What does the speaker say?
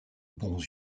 bons